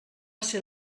ser